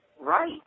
Right